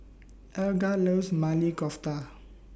Eliga loves Maili Kofta